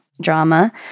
drama